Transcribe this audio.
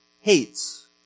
hates